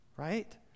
right